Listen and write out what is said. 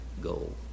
goal